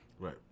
Right